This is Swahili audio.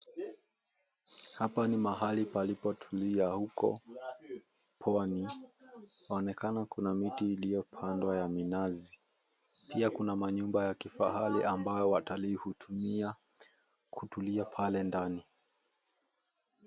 Hapa ni mahali palipotulia huko, Pwani. Waonekana kuna miti iliyopandwa ya minazi. Pia kuna manyumba ya kifahari ambayo watalii hutumia kutulia pale ndani.